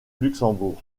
luxembourg